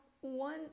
one